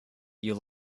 you